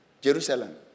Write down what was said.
Jerusalem